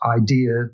idea